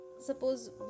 suppose